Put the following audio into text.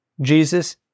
Jesus